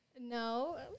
No